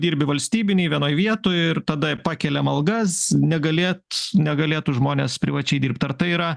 dirbi valstybinėj vienoj vietoj ir tada pakeliam algas negalėt negalėtų žmonės privačiai dirbt ar tai yra